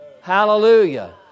Hallelujah